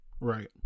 right